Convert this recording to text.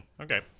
okay